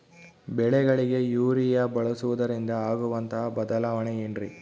ಬೆಳೆಗಳಿಗೆ ಯೂರಿಯಾ ಬಳಸುವುದರಿಂದ ಆಗುವಂತಹ ಬದಲಾವಣೆ ಏನ್ರಿ?